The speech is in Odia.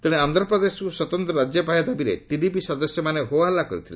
ତେଣେ ଆନ୍ଧ୍ରପ୍ରଦେଶକୁ ସ୍ୱତନ୍ତ ରାଜ୍ୟ ପାହ୍ୟା ଦାବିରେ ଟିଡିପି ସଦସ୍ୟମାନେ ହୋ ହଲ୍ଲା କରିଥିଲେ